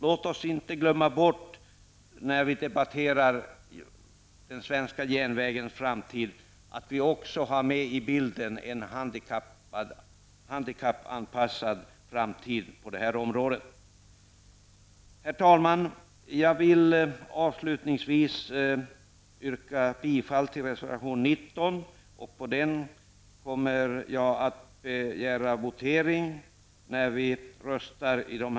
Låt oss också komma ihåg när vi debatterar den svenska järnvägens framtid att i den bilden ta med frågan om en handikappanpassning av den framtida järnvägen. Herr talman! Jag vill avslutningsvis yrka bifall till reservation 19, på vilken jag kommer att begära votering vid omröstningen.